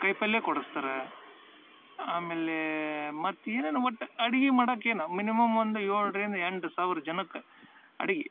ಕಾಯಿ ಪಲ್ಯ ಕೊಡಸ್ತಾರೆ ಆಮೇಲೆ ಮತ್ತು ಏನೇನೋ ಒಟ್ಟು ಅಡ್ಗಿ ಮಾಡಕ್ಕೆ ಏನೋ ಮಿನಿಮಮ್ ಒಂದು ಏಳ್ರಿಂದ ಎಂಟು ಸಾವಿರ ಜನಕ್ಕೆ ಅಡಿಗೆ